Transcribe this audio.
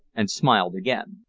and smiled again.